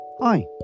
Hi